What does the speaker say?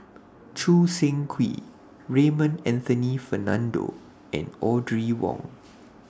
Choo Seng Quee Raymond Anthony Fernando and Audrey Wong